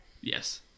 Yes